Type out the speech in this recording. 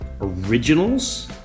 Originals